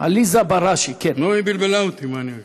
מה קורה לכם?